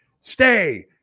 Stay